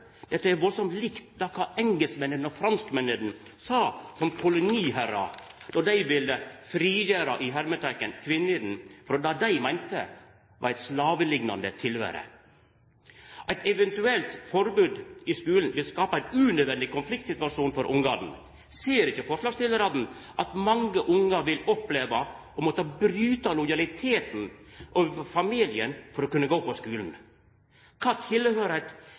dette har me høyrt før. Dette er veldig likt kva engelskmennene og franskmennene sa som koloniherrar då dei ville «frigjere» kvinnene frå det dei meinte var eit slaveliknande tilvere. Eit eventuelt forbod i skulen vil skape ein unødvendig konfliktsituasjon for borna. Ser ikkje forslagsstillarane at mange born vil kunne oppleve å måtte bryte lojaliteten til familien for å kunne gå på skulen? Kva